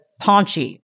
paunchy